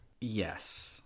Yes